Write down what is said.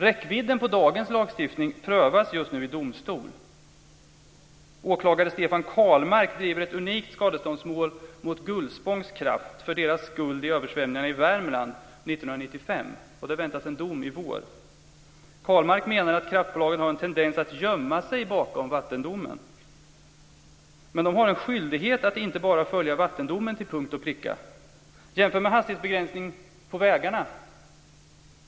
Räckvidden på dagens lagstiftning prövas just nu i domstol. Åklagare Stefan Karlmark driver ett unikt skadeståndsmål mot Gullspångs Kraft för dess skuld i översvämningarna i Värmland 1995, och det väntas en dom i vår. Karlmark menar att kraftbolagen har en tendens att gömma sig bakom vattendomen. Men de har en skyldighet att inte bara följa vattendomen till punkt och pricka. Jämför med hastighetsbegränsningarna på vägarna!